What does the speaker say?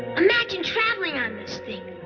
imagine travelling on this thing.